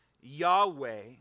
Yahweh